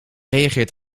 reageert